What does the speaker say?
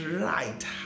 right